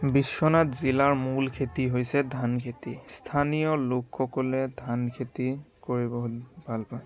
বিশ্বনাথ জিলাৰ মূল খেতি হৈছে ধান খেতি স্থানীয় লোকসকলে ধান খেতি কৰি বহুত ভাল পায়